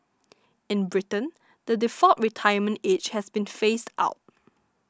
in Britain the default retirement age has been phased out